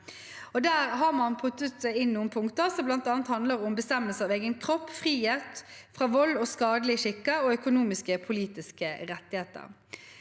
Der har man puttet inn noen punkter som bl.a. handler om bestemmelse over egen kropp, frihet fra vold og skadelige skikker og økonomiske og politiske rettigheter.